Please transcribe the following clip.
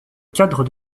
cadre